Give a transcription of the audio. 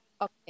Okay